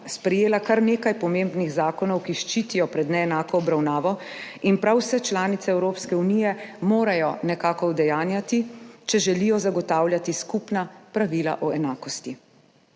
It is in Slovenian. sprejela kar nekaj pomembnih zakonov, ki ščitijo pred neenako obravnavo, in prav vse članice Evropske unije jih morajo nekako udejanjati, če želijo zagotavljati skupna pravila o enakosti.